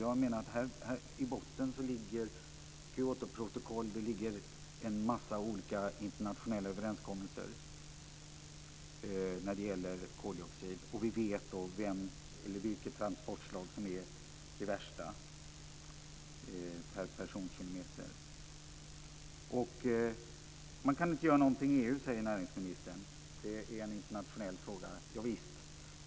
Jag menar att det i botten ligger Kyotoprotokoll och en massa olika internationella överenskommelser när det gäller koldioxid, och vi vet vilket transportslag som är det värsta per personkilometer. Man kan inte göra någonting i EU, säger näringsministern. Det är en internationell fråga - javisst.